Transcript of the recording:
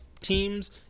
teams